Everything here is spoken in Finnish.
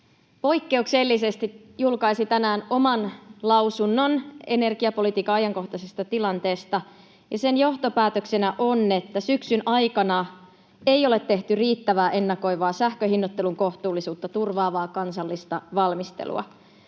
poikkeuksellisesti julkaisi tänään oman lausunnon energiapolitiikan ajankohtaisesta tilanteesta, ja sen johtopäätöksenä on, että syksyn aikana ei ole tehty riittävää ennakoivaa sähkön hinnoittelun kohtuullisuutta turvaavaa kansallista valmistelua.